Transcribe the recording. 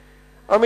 שלום.